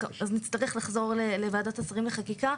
נצטרך לחזור לוועדת השרים לחקיקה,